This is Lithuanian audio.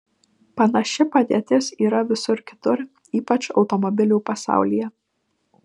panaši padėtis yra visur kitur ypač automobilių pasaulyje